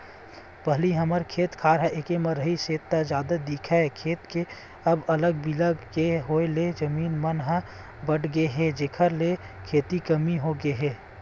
पहिली हमर खेत खार एके म रिहिस हे ता जादा दिखय खेत के अब अलग बिलग के होय ले जमीन मन ह बटगे हे जेखर ले खेती कमती होगे हे